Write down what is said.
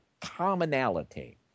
commonality